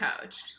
coached